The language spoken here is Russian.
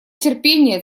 терпение